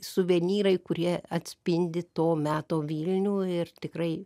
suvenyrai kurie atspindi to meto vilnių ir tikrai